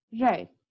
right